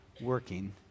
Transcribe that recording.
working